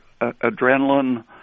adrenaline